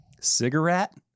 Cigarette